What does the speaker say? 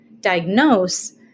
diagnose